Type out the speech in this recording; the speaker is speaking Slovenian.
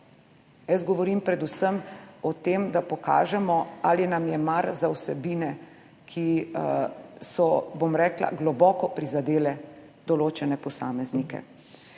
Jaz govorim predvsem o tem, da pokažemo, ali nam je mar za vsebine, ki so, bom rekla, globoko prizadele določene posameznike.